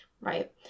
right